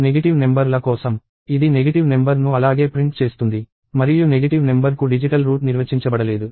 negative number ల కోసం ఇది నెగిటివ్ నెంబర్ ను అలాగే ప్రింట్ చేస్తుంది మరియు నెగిటివ్ నెంబర్ కు డిజిటల్ రూట్ నిర్వచించబడలేదు